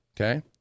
Okay